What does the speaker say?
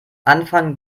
anfang